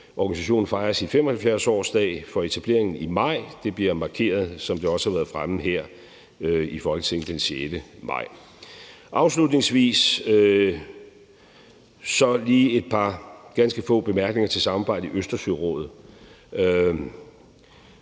organisationen fejrer sin 75-årsdag for etableringen i maj, og det bliver, som det også har været fremme, markeret her i Folketinget den 6. maj. Afslutningsvis er der så lige nogle ganske få bemærkninger til samarbejdet i Østersørådet,